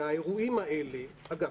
והאירועים האלה אגב,